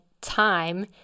time